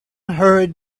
hurried